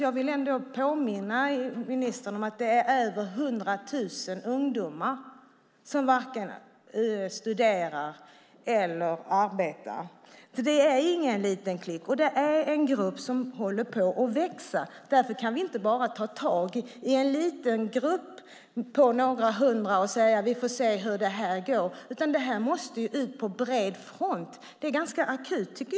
Jag vill ändå påminna ministern om att det är fråga om över 100 000 ungdomar som varken studerar eller arbetar. Det är ingen liten klick. Det är en växande grupp. Därför kan vi inte bara ta tag i några hundra och se hur det går. Det här måste ut på bred front. Det är akut.